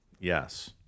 Yes